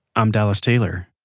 um dallas taylor